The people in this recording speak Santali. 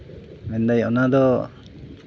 ᱢᱮᱱᱫᱟᱹᱧ ᱚᱱᱟᱫᱚ